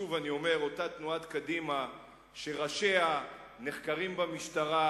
שוב אני אומר: אותה תנועת קדימה שראשיה נחקרים במשטרה,